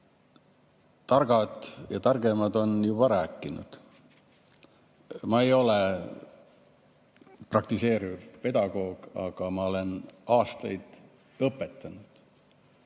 Targad ja targemad on juba rääkinud. Ma ei ole praktiseeriv pedagoog, aga ma olen aastaid õpetanud.